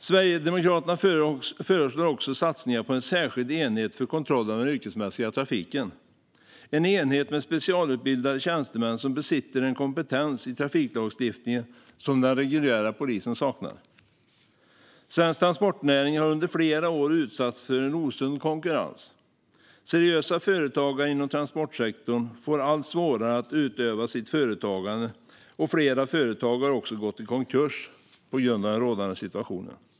Sverigedemokraterna föreslår också satsningar på en särskild enhet för kontroll av den yrkesmässiga trafiken, en enhet med specialutbildade tjänstemän som besitter en kompetens i trafiklagstiftningen som den reguljära polisen saknar. Svensk transportnäring har under flera år utsatts för en osund konkurrens. Seriösa företagare inom transportsektorn får allt svårare att utöva sitt företagande, och flera företag har också gått i konkurs till följd av den rådande situationen.